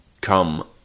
come